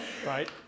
Right